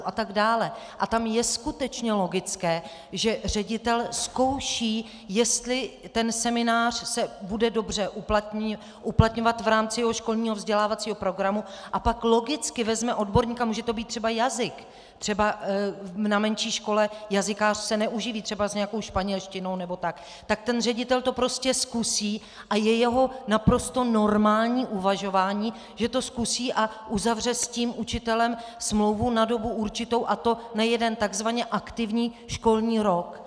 A tam je skutečně logické, že ředitel zkouší, jestli ten seminář se bude dobře uplatňovat v rámci jeho školního vzdělávacího programu, a pak logicky vezme odborníka může to být třeba jazyk, třeba na menší škole jazykář se neuživí třeba s nějakou španělštinou nebo tak, tak ten ředitel to prostě zkusí, a je jeho naprosto normální uvažování, že to zkusí a uzavře s tím učitelem smlouvu na dobu určitou, a to na jeden takzvaně aktivní školní rok.